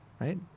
right